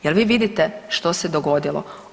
Jel' vi vidite što se dogodilo?